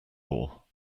law